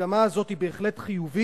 המגמה הזאת היא בהחלט חיובית,